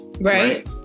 right